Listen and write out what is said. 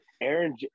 Aaron